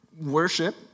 worship